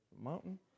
mountain